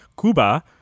Cuba